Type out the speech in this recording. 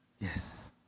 Yes